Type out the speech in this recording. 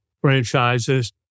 franchises